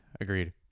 agreed